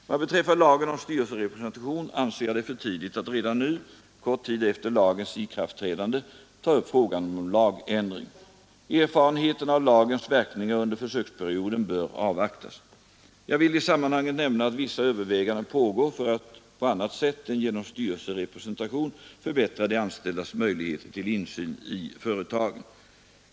Vad beträffar lagen om styrelserepresentation anser jag det för tidigt att redan nu, kort tid efter lagens ikraftträdande, ta upp frågan om lagändring. Erfarenheterna av lagens verkningar under försöksperioden bör avvaktas. Jag vill i sammanhanget nämna att vissa överväganden pågår för att på annat sätt än genom styrelserepresentation förbättra de anställdas möjligheter till insyn i företagen.